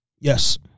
Yes